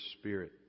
spirit